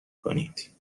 کنید